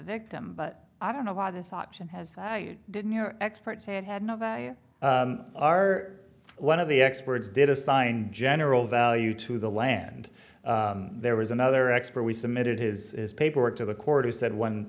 victim but i don't know why this option has didn't your experts say it had no value are one of the experts did assign general value to the land there was another expert we submitted his paperwork to the court who said when